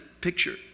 picture